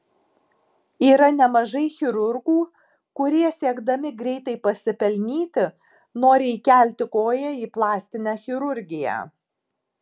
yra nemažai chirurgų kurie siekdami greitai pasipelnyti nori įkelti koją į plastinę chirurgiją